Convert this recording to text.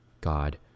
God